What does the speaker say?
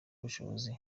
ubushobozi